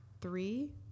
three